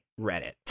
reddit